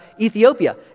Ethiopia